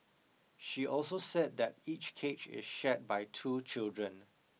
she also said that each cage is shared by two children